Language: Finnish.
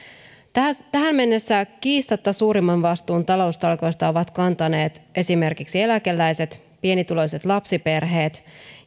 tähän mennessä kiistatta suurimman vastuun taloustalkoista ovat kantaneet esimerkiksi eläkeläiset pienituloiset lapsiperheet